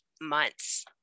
months